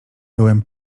byłem